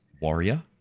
warrior